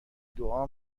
دعا